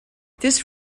this